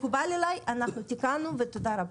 מקובל עליי אנחנו תיקנו ותודה רבה.